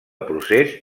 procés